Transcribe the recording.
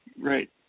Right